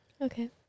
Okay